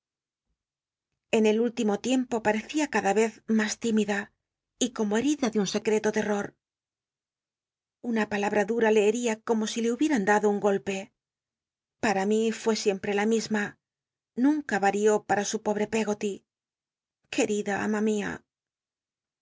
en el último tiempo patecia cadu vez mas tímiet't'ot una palada y como hel'ida de un secteto l bra duja le hctia como si le hubietan dado un gol pe para mi rué siempre la misma nunca varió para su pobre peggoty querida ama mia